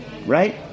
Right